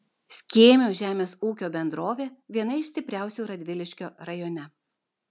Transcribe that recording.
skėmių žemės ūkio bendrovė viena iš stipriausių radviliškio rajone